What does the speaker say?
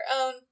own